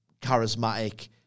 charismatic